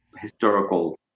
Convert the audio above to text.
historical